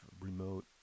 remote